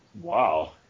Wow